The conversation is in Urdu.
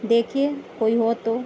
دیکھیے کوئی ہو تو